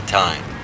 time